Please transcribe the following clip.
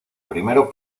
primero